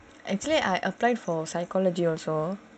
actually I applied for psychology also